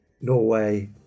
Norway